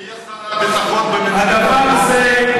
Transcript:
והוא יהיה שר הביטחון בממשלת נתניהו.